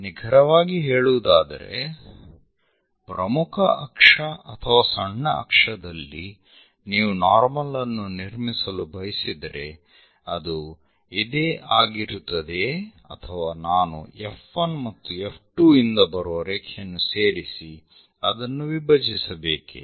ನಿಖರವಾಗಿ ಹೇಳುವುದಾದರೆ ಪ್ರಮುಖ ಅಕ್ಷ ಅಥವಾ ಸಣ್ಣ ಅಕ್ಷದಲ್ಲಿ ನೀವು ನಾರ್ಮಲ್ ಅನ್ನು ನಿರ್ಮಿಸಲು ಬಯಸಿದರೆ ಅದು ಇದೇ ಆಗಿರುತ್ತದೆಯೇ ಅಥವಾ ನಾನು F1 ಮತ್ತು F2 ಯಿಂದ ಬರುವ ರೇಖೆಯನ್ನು ಸೇರಿಸಿ ಅದನ್ನು ವಿಭಜಿಸಬೇಕೇ